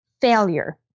Failure